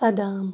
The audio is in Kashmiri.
سَدام